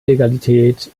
legalität